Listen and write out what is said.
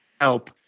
help